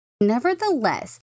Nevertheless